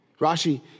Rashi